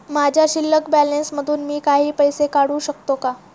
माझ्या शिल्लक बॅलन्स मधून मी काही पैसे काढू शकतो का?